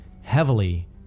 heavily